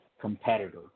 competitor